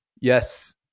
Yes